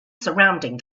surrounding